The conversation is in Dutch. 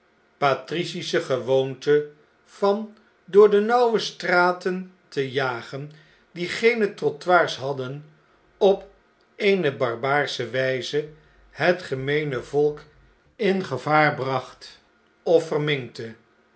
patricische gewoonte van door de nauwe straten te jagen die geene trottoirs hadden op eene barbaarsche wjjze het gemeene volk in gevaar bracht of